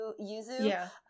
yuzu